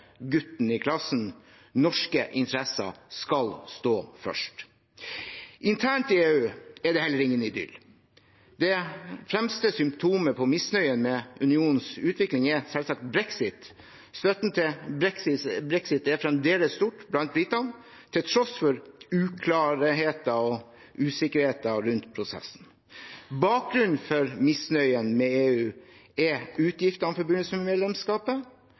gutten i klassen. Norske interesser skal stå først. Internt i EU er det heller ingen idyll. Det fremste symptomet på misnøye med unionens utvikling er selvsagt brexit. Støtten til brexit er fremdeles stor blant britene, til tross for uklarhet og usikkerhet rundt prosessen. Bakgrunnen for misnøyen med EU er utgiftene